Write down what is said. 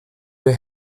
für